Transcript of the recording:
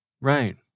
Right